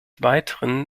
weiteren